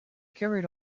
carried